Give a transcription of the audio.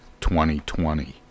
2020